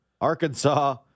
Arkansas